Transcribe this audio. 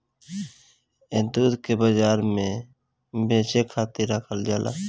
ए दूध के बाजार में बेचे खातिर राखल जाला